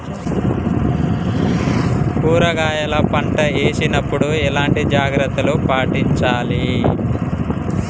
కూరగాయల పంట వేసినప్పుడు ఎలాంటి జాగ్రత్తలు పాటించాలి?